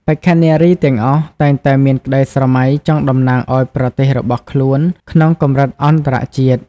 បេក្ខនារីទាំងអស់តែងតែមានក្តីស្រមៃចង់តំណាងឲ្យប្រទេសរបស់ខ្លួនក្នុងកម្រិតអន្តរជាតិ។